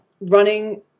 running